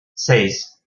seis